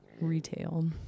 retail